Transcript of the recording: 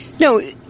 No